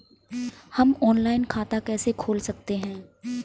हम ऑनलाइन खाता कैसे खोल सकते हैं?